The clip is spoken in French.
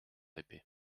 épée